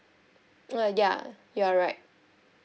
err ya you're right